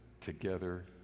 together